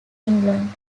england